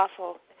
awful